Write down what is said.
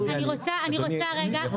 אני רוצה לבקש